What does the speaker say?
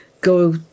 go